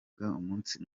umunsi